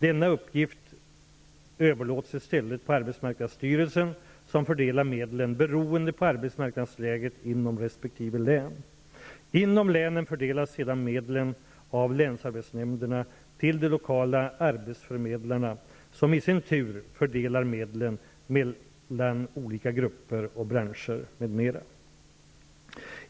Denna uppgift överlåts i stället på arbetsmarknadsstyrelsen, som fördelar medlen beroende på arbetsmarknadsläget inom resp. län. Inom länen fördelas sedan medlen av länsarbetsnämnderna till de lokala arbetsförmedlingarna, som i sin tur fördelar medlen mellan olika grupper, branscher, m.m.